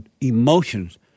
emotions